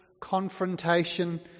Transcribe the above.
confrontation